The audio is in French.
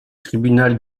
tribunal